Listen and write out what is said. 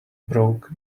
broke